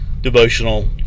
devotional